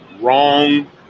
wrong